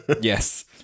Yes